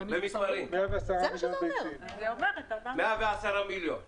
110 מיליון ביצים.